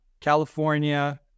California